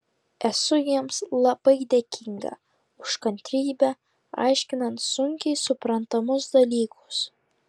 esu jiems labai dėkinga už kantrybę aiškinant sunkiai suprantamus dalykus